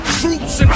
troops